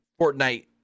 Fortnite